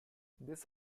these